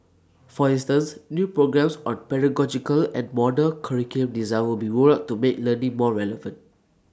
for instance new programmes on pedagogical and modular curriculum design will be rolled out to make learning more relevant